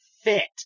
fit